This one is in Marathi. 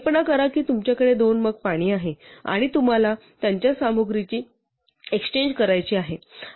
कल्पना करा की तुमच्याकडे दोन मग पाणी आहे आणि तुम्हाला त्यांच्या सामग्रीची एक्सचेन्ज करायची आहे